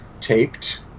taped